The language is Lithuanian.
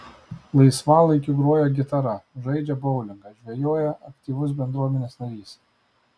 laisvalaikiu groja gitara žaidžia boulingą žvejoja aktyvus bendruomenės narys